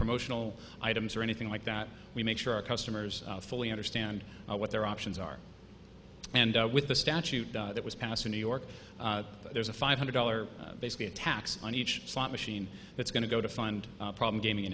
promotional items or anything like that we make sure our customers fully understand what their options are and with the statute that was passed in new york there's a five hundred dollar basically attacks on each slot machine that's going to go to find problem gaming